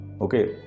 Okay